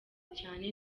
cyane